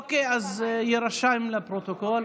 אוקיי, אז זה יירשם לפרוטוקול.